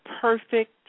perfect